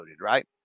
right